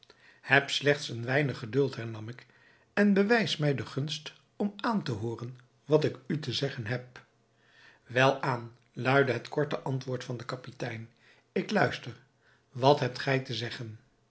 heb slechts een weinig geduld hernam ik en bewijs mij de gunst om aan te hooren wat ik u te zeggen heb welaan luidde het korte antwoord van den kapitein ik luister wat hebt gij te zeggen